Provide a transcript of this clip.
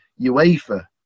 UEFA